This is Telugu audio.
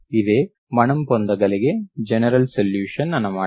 ఇదే మనం పొందగలిగే జనరల్ సొల్యూషన్ అన్నమాట